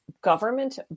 Government